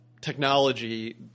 technology